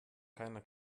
keiner